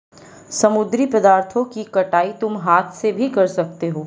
समुद्री पदार्थों की कटाई तुम हाथ से भी कर सकते हो